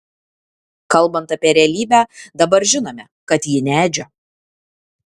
kalbant apie realybę dabar žinome kad ji ne edžio